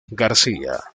garcía